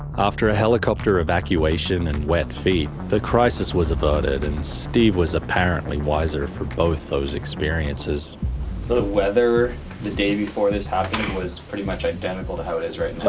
after a helicopter evacuation and wet feet, the crisis was averted and steve was apparently wiser for both those experiences the sort of weather the day before this happened was pretty much identical to how it is right and and